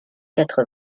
quatre